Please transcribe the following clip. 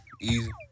Easy